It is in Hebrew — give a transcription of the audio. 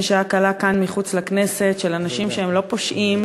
שעה קלה כאן מחוץ לכנסת של אנשים שהם לא פושעים,